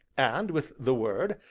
and, with the word,